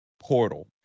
Portal